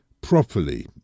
properly